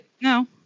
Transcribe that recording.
no